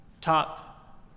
top